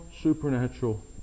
supernatural